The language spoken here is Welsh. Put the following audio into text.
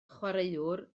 chwaraewr